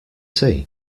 see